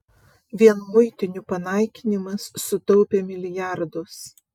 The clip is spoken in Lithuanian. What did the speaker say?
vien muitinių panaikinimas sutaupė milijardus